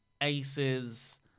aces